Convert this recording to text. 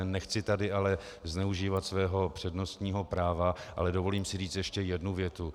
Nechci tady zneužívat svého přednostního práva, ale dovolím si říci ještě jednu větu.